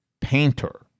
Painter